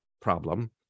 problem